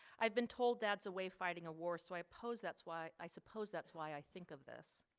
i've been told dad's away fighting a war. so i pose that's why i suppose that's why i think of this.